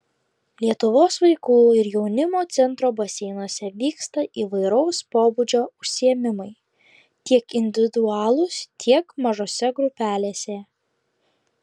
lietuvos vaikų ir jaunimo centro baseinuose vyksta įvairaus pobūdžio užsiėmimai tiek individualūs tiek mažose grupelėse